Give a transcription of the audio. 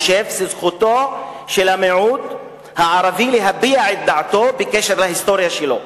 שזו זכותו של המיעוט הערבי להביע את דעתו בקשר להיסטוריה שלו,